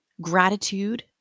gratitude